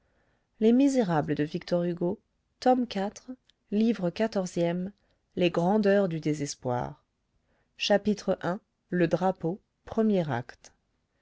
livre quatorzième les grandeurs du désespoir chapitre i le drapeau premier acte